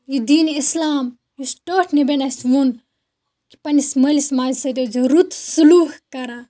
یہِ دیٖنہِ اسلام یُس ٹٲٹھۍ نبِیَن اَسہِ ووٚن کہِ پنٛنِس مٲلِس ماجہِ سۭتۍ ٲسۍزیو رُت سُلوٗک کران